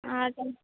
ఆదే